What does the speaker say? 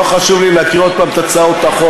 לא חשוב לי להקריא עוד פעם את הצעות החוק,